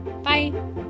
Bye